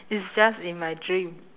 it's just in my dream